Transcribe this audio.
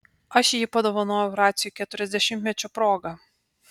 aš jį padovanojau raciui keturiasdešimtmečio proga